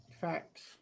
Facts